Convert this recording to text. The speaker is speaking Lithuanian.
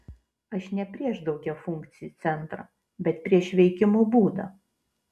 aš ne prieš daugiafunkcį centrą bet prieš veikimo būdą